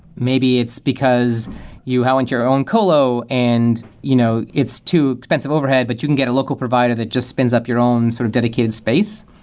maybe it's because you haven't your own colo and you know it's too expensive overhead, but you can get a local provider that just spins up your own sort of dedicated space.